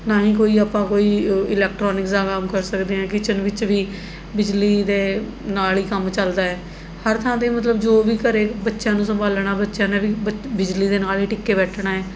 ਨਾ ਹੀ ਕੋਈ ਆਪਾਂ ਕੋਈ ਇਲੈਕਟ੍ਰੋਨਿਕਸ ਦਾ ਕੰਮ ਕਰ ਸਕਦੇ ਹਾਂ ਕਿਚਨ ਵਿੱਚ ਵੀ ਬਿਜਲੀ ਦੇ ਨਾਲ਼ ਹੀ ਕੰਮ ਚੱਲਦਾ ਹੈ ਹਰ ਥਾਂ 'ਤੇ ਮਤਲਬ ਜੋ ਵੀ ਘਰ ਬੱਚਿਆਂ ਨੂੰ ਸੰਭਾਲਣਾ ਬੱਚਿਆਂ ਨੇ ਵੀ ਬੱਚ ਬਿਜਲੀ ਦੇ ਨਾਲ਼ ਹੀ ਟਿੱਕ ਕੇ ਬੈਠਣਾ ਏ